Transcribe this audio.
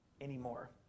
anymore